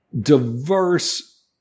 diverse